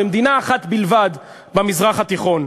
במדינה אחת בלבד במזרח התיכון.